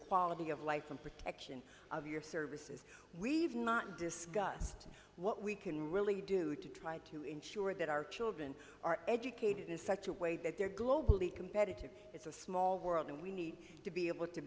quality of life i'm pretty of your services we've not discussed what we can really do to try to ensure that our children are educated in such a way that they're competitive it's a small world and we need to be able to